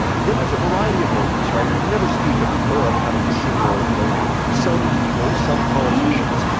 there's there's a variety of motives, right? we can never speak of europe having a single motive. some people, some politicians,